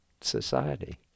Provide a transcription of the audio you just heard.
society